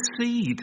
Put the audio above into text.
seed